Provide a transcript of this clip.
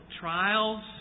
trials